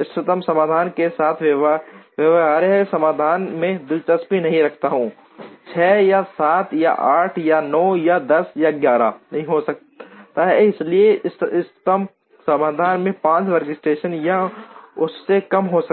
इष्टतम समाधान के साथ व्यवहार्य समाधानों में दिलचस्पी नहीं रखता हूं 6 या 7 या 8 या 9 या 10 या 11 नहीं हो सकता है इसलिए इष्टतम समाधान में 5 वर्कस्टेशन या उससे कम हो सकते हैं